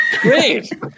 great